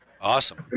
Awesome